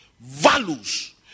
values